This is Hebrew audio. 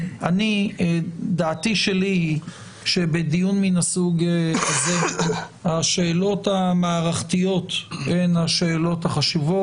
דעתי שלי היא שבדיון מן הסוג הזה השאלות המערכתיות הן השאלות החשובות.